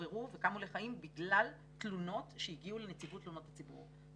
התעוררו וקמו לחיים בגלל תלונות שהגיעו לנציבות תלונות הציבור.